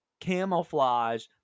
camouflage